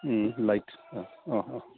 ए likes अँ अँ